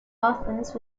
offense